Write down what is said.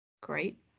Great